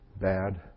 bad